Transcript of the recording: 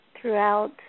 throughout